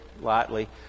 lightly